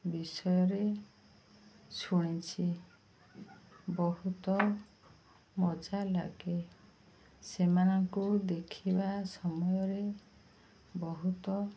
ବିଷୟରେ ଶୁଣିଛି ବହୁତ ମଜା ଲାଗେ ସେମାନଙ୍କୁ ଦେଖିବା ସମୟରେ ବହୁତ